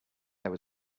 there